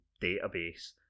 database